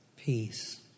peace